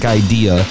idea